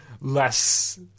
less